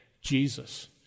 Jesus